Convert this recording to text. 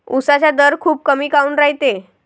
उसाचा दर खूप कमी काऊन रायते?